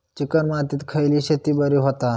Chicken मातीत खयली शेती बरी होता?